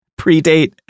predate